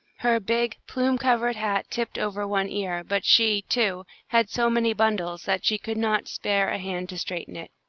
her big, plume-covered hat tipped over one ear, but she, too, had so many bundles, that she could not spare a hand to straighten it.